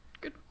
Good